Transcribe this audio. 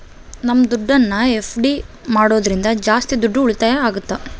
ನಮ್ ದುಡ್ಡನ್ನ ಎಫ್.ಡಿ ಮಾಡೋದ್ರಿಂದ ಜಾಸ್ತಿ ದುಡ್ಡು ಉಳಿತಾಯ ಆಗುತ್ತ